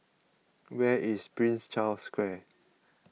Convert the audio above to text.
where is Prince Charles Square